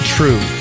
True